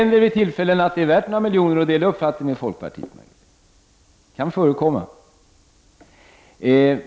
Det finns tillfällen då det är värt några miljoner att dela uppfattning med folkpartiet. Det kan förekomma.